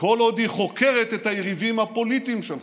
כל עוד היא חוקרת את היריבים הפוליטיים שלך.